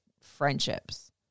friendships